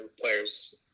players